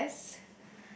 I guess